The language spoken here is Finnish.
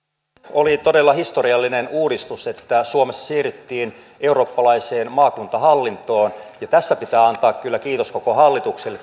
oli todella historiallinen uudistus että suomessa siirryttiin eurooppalaiseen maakuntahallintoon ja tässä pitää antaa kyllä kiitos koko hallitukselle